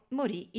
morì